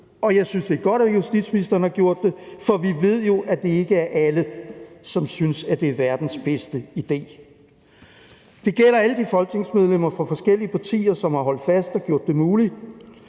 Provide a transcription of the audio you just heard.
Jeg synes, det er godt, at justitsministeren har gjort det, for vi ved jo, at det ikke er alle, som synes, at det er verdens bedste idé. Det gælder alle de folketingsmedlemmer fra forskellige partier, som har holdt fast og gjort det muligt.